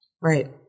Right